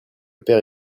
père